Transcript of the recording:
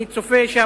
אני צופה שהמצב